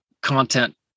content